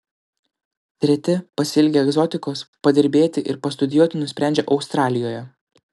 treti pasiilgę egzotikos padirbėti ir pastudijuoti nusprendžia australijoje